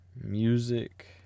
music